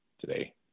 today